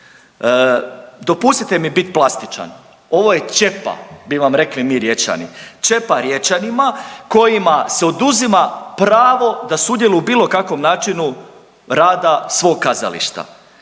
Dopustite mi biti plastičan. Ovo je ćepa bi vam rekli mi Riječani. Ćepa Riječanima kojima se oduzima pravo da sudjeluju u bilo kakvom načinu rada svog kazališta.